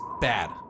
bad